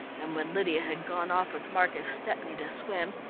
and when lydia had gone off with marcus stepney to swim,